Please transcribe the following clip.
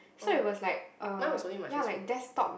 oh mine was only my Facebook